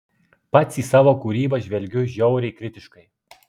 pats į savo kūrybą žvelgiu žiauriai kritiškai